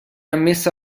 ammessa